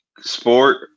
sport